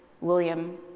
William